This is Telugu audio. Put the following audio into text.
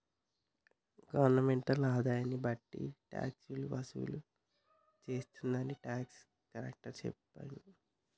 గవర్నమెంటల్ ఆదాయన్ని బట్టి టాక్సులు వసూలు చేస్తుందని టాక్స్ కలెక్టర్ సెప్పిండు